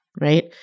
right